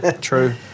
true